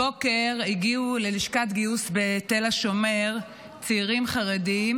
הבוקר הגיעו ללשכת הגיוס בתל השומר צעירים חרדים